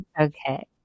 Okay